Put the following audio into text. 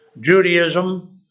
Judaism